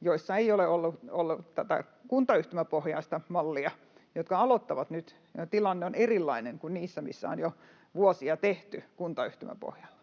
joissa ei ole ollut tätä kuntayhtymäpohjaista mallia, joka aloitetaan nyt. Tilanne on erilainen kuin niissä maakunnissa, missä on jo vuosia tehty kuntayhtymäpohjalla.